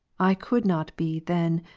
i could not be then,